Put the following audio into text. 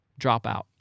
dropout